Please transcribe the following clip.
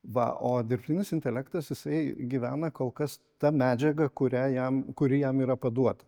va o dirbtinis intelektas jisai gyvena kol kas ta medžiaga kurią jam kuri jam yra paduota